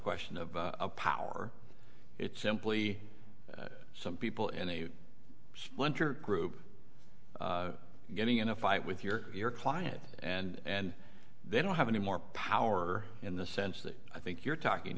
question of a power it's simply some people in a splinter group getting in a fight with your client and they don't have any more power in the sense that i think you're talking